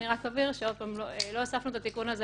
אני רק אבהיר שלא הוספנו את התיקון הזה,